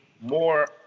more